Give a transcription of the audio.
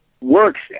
works